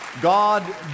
god